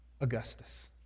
Augustus